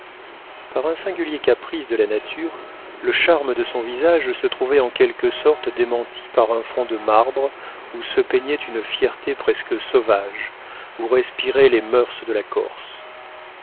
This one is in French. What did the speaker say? par un singulier caprice de la nature le charme de son visage se trouvait en quelque sorte démenti par un front de marbre où se peignait une fierté presque sauvage où respiraient les moeurs de la corse